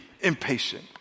impatient